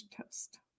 toast